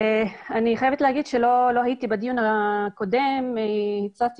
אני חייבת לומר שלא הייתי בדיון הקודם - אבל קראתי